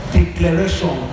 declaration